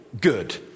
good